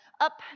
up